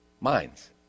minds